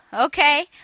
Okay